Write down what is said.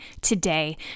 today